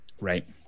Right